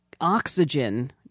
oxygen